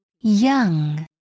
Young